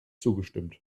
zugestimmt